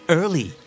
early